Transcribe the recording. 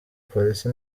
polisi